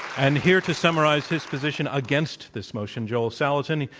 and here to summarize his position against this motion, joel salatin.